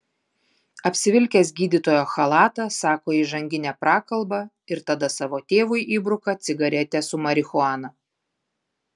apsivilkęs gydytojo chalatą sako įžanginę prakalbą ir tada savo tėvui įbruka cigaretę su marihuana